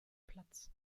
platz